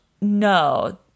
no